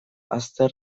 azter